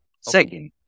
Second